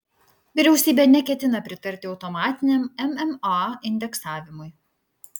vyriausybė neketina pritarti automatiniam mma indeksavimui